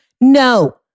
No